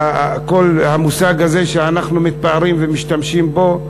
המושג הזה שאנחנו מתפארים ומשתמשים בו,